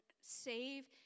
save